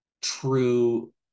true